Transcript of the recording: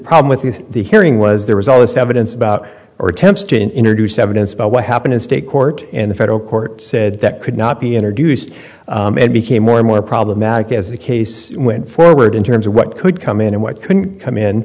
problem with the hearing was there was always habitants about or attempts to introduce evidence about what happened in state court and the federal court said that could not be introduced it became more and more problematic as the case went forward in terms of what could come in and what could come in